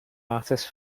artist